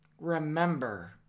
remember